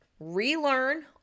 relearn